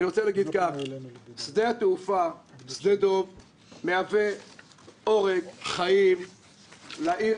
שדה התעופה שדה דב מהווה עורק חיים לעיר